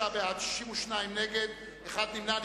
39 בעד, 62 נגד, נמנע אחד.